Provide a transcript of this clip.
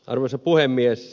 arvoisa puhemies